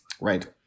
right